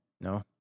No